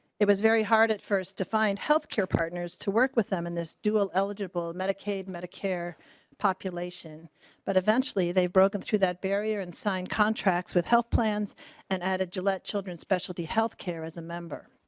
it was very hard at first to find healthcare partners to work with them in this dual eligible medicaid medicare population but eventually they broken through that ah and sign contracts with health plans and at a gillette children's specialty healthcare is a member.